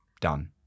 done